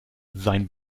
sein